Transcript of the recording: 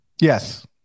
yes